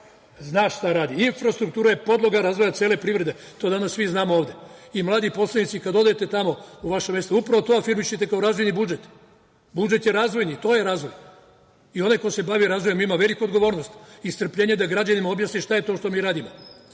zna šta radi. Infrastruktura je podloga razvoja cele privrede, to danas svi znamo ovde i mladi poslanici kad odete tamo u vaše mesto upravo to afirmišite kao razvojni budžet. Budžet je razvojni, to je razvoj i onaj ko se bavi razvojem ima veliku odgovornost i strpljenje da građanima objasni šta je to što mi radimo.